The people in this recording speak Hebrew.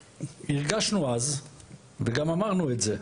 הרגשנו אז וגם אמרנו את זה,